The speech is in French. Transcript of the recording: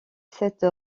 cette